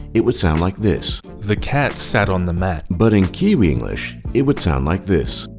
it would sound like this. the cat sat on the mat. but in kiwi english, it would sound like this.